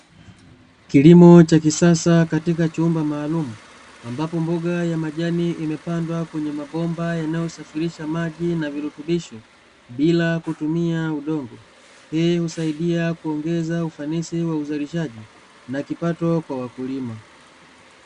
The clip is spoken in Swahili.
Kilimo cha kisasa katika chumba maalum ambapo mboga ya majani imepandwa kwenye mabomba yanayosafirisha maji na virutubisho bila kutumia udongo, hii husaidia kuongeza ufanisi wa uzalishaji na kipato kwa wakulima.